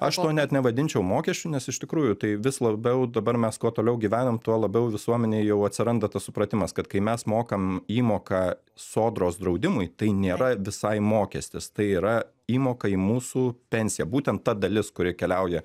aš to net nevadinčiau mokesčiu nes iš tikrųjų tai vis labiau dabar mes kuo toliau gyvenam tuo labiau visuomenėj jau atsiranda tas supratimas kad kai mes mokam įmoką sodros draudimui tai nėra visai mokestis tai yra įmoka į mūsų pensiją būtent ta dalis kuri keliauja